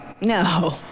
No